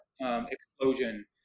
explosion